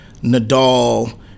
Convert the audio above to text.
Nadal –